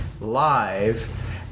live